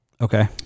okay